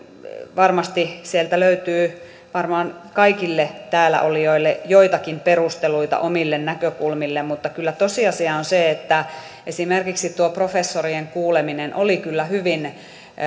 varmasti sieltä löytyy kaikille täällä olijoille joitakin perusteluita omille näkökulmille mutta kyllä tosiasia on se että esimerkiksi tuo professorien kuuleminen oli kyllä hyvin